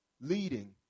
leading